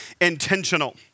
intentional